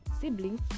siblings